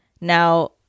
Now